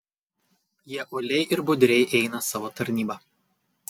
jie uoliai ir budriai eina savo tarnybą